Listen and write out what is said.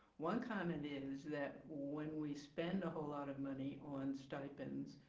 one comment is that when we spend a whole lot of money on stipends,